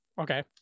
Okay